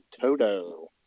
Toto